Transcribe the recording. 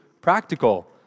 practical